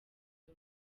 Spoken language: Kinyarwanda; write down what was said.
uyu